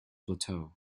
plateau